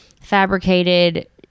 fabricated